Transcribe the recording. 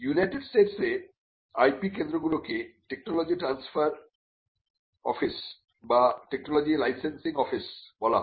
United স্টেটসে IP কেন্দ্রগুলোকে technology transfer office বা টেকনোলজি লাইসেন্সিং অফিস বলা হয়